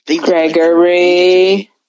gregory